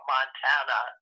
Montana